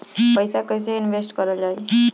पैसा कईसे इनवेस्ट करल जाई?